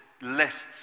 lists